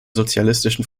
sozialistischen